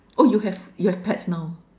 oh you have you have pets now